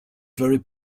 very